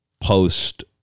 post